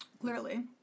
Clearly